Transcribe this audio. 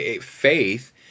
faith